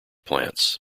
plants